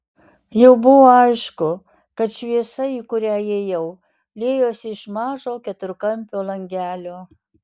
jau buvo aišku kad šviesa į kurią ėjau liejosi iš mažo keturkampio langelio